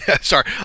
Sorry